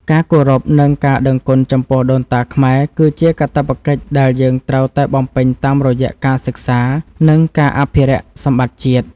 ការគោរព និង ការដឹងគុណចំពោះដូនតាខ្មែរគឺជាកាតព្វកិច្ចដែលយើងត្រូវតែបំពេញតាមរយៈការសិក្សា និង ការអភិរក្សសម្បត្តិជាតិ។